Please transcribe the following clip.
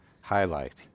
highlight